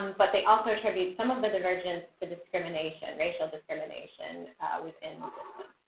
um but they also attribute. some of the divergence to discrimination racial discrimination within the system.